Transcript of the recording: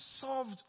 solved